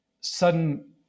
sudden